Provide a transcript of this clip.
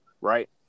right